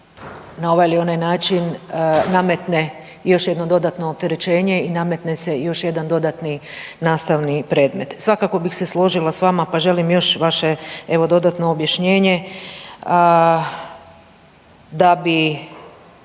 na ovaj ili onaj način nametne još jedno dodatno opterećenje i nametne se još jedan dodatni nastavni predmet. Svakako bih se složila s vama, pa želim još vaše dodatno objašnjenje da bi